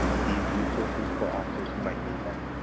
these resources for officers who might need them.